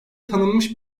tanınmış